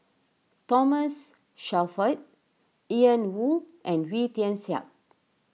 Thomas Shelford Ian Woo and Wee Tian Siak